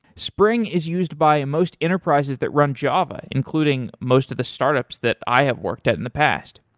spring is used by most enterprises that run java, including most of the startups that i have worked at in the past.